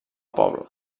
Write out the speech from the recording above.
poble